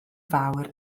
fawr